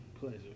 pleasure